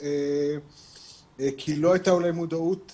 נראה לי שכלכלית העירייה במצב כזה שהיא יכולה לעשות את זה.